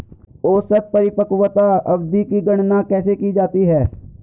औसत परिपक्वता अवधि की गणना कैसे की जाती है?